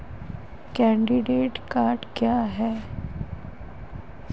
Credit card क्या है?